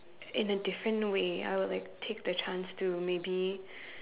in a different way I would like take the chance to maybe